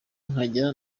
nkajya